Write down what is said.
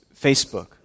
Facebook